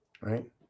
Right